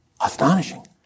Astonishing